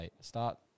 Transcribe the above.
start